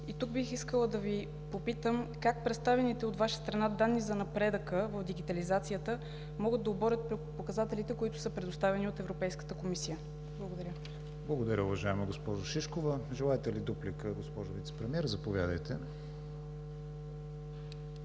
И тук бих искала да Ви попитам: как представените от Ваша страна данни за напредъка в дигитализацията могат да оборят показателите, които са предоставени от Европейската комисия? Благодаря. ПРЕДСЕДАТЕЛ КРИСТИАН ВИГЕНИН: Благодаря, уважаема госпожо Шишкова. Желаете ли дуплика, госпожо Вицепремиер? Заповядайте.